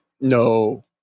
No